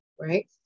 right